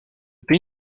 pays